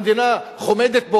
המדינה חומדת,